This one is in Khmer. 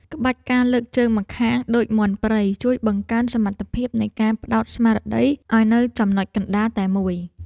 ក្បាច់ ការលើកជើងម្ខាងដូចមាន់ព្រៃ ជួយបង្កើនសមត្ថភាពនៃការផ្ដោតស្មារតីឱ្យនៅចំណុចកណ្ដាលតែមួយ។